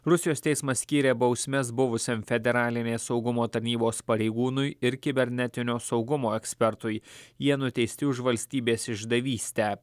rusijos teismas skyrė bausmes buvusiam federalinės saugumo tarnybos pareigūnui ir kibernetinio saugumo ekspertui jie nuteisti už valstybės išdavystę